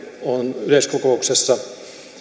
on yleiskokouksessa